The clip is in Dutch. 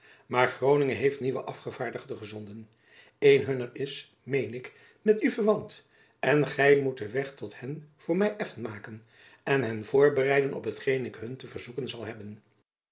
maar groningen heeft nieuwe afgevaardigden gezonden een hunner is meen ik met u verwant en gy moet den weg tot hen voor my effen maken en hen voorbereiden op hetgeen ik hun te verzoeken zal hebben